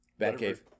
Batcave